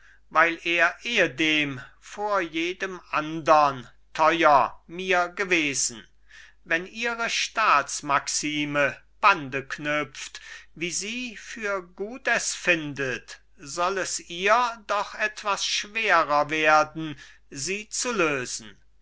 weil er ehedem vor jedem andern teuer mir gewesen wenn ihre staatsmaxime bande knüpft wie sie für gut es findet soll es ihr doch etwas schwerer werden sie zu lösen